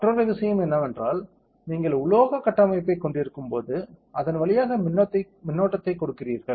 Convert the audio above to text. மற்றொரு விஷயம் என்னவென்றால் நீங்கள் உலோகக் கட்டமைப்பைக் கொண்டிருக்கும்போது அதன் வழியாக மின்னோட்டத்தைக் கொடுக்கிறீர்கள்